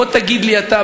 בוא תגיד לי אתה,